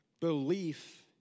Belief